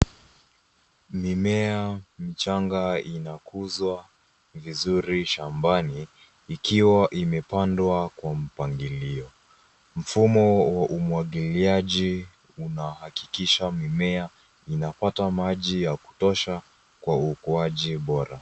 Mimea michanga inakuzwa vizuri shambani, ikiwa imepandwa kwa mpangilio. Mfumo wa umwagiliaji unahakikisha mimea inapata maji ya kutosha kwa ukuaji bora.